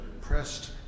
pressed